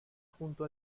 junto